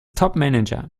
topmanager